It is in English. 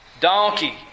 donkey